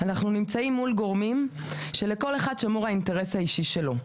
אנחנו נמצאים מול גורמים שלכל אחד שמור האינטרס האישי שלו.